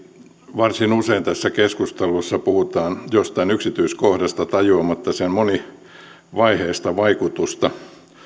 varsin usein tässä keskustelussa puhutaan jostain yksityiskohdasta tajuamatta sen monivaiheista vaikutusta